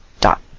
dot